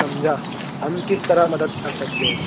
سمجھا ہم کس طرح مدد کر سکتے ہیں